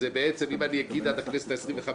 שאם אגיד עד הכנסת ה-25,